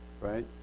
Right